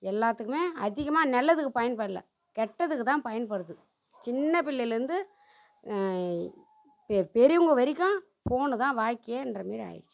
எல்லாத்துக்குமே அதிகமாக நல்லதுக்கு பயன்படல கெட்டதுக்கு தான் பயன்படுது சின்ன பிள்ளைலருந்து பெ பெரியவங்க வரைக்கும் ஃபோன்னு தான் வாழ்க்கையேன்ற மாதிரி ஆயிடுச்சு